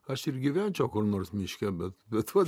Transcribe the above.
aš ir gyvenčiau kur nors miške bet bet vat